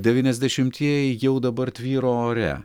devyniasdešimtieji jau dabar tvyro ore